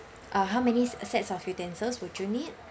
uh how many sets of utensils would you need